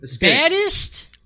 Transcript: baddest